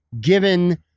given